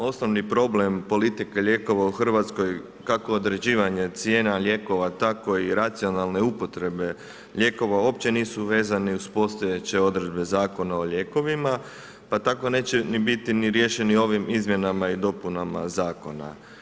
Osnovni problem politike lijekova u Hrvatskoj, kako određivanje cijena lijekova, tako i racionalne upotrebe lijekova uopće nisu vezane uz postojeće odredbe Zakona o lijekovima pa tako neće biti ni riješeni ovim izmjenama i dopunama zakona.